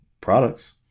products